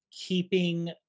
keeping